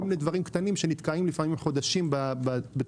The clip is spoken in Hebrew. כל מיני דברים קטנים שנתקעים לפעמים חודשים בתהליך